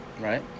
Right